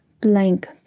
blank